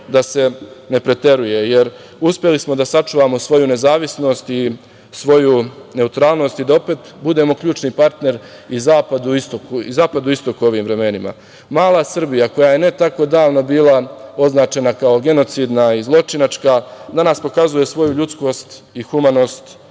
da se ne preteruje, jer uspeli smo da sačuvamo svoju nezavisnost i svoju neutralnost i da opet budemo ključni partner i Zapadu i Istoku u ovim vremenima. Mala Srbija koja je ne tako davno bila označena kao genocidna i zločinačka danas pokazuje svoju ljudskost i humanost